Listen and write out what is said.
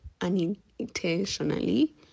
unintentionally